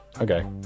Okay